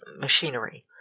machinery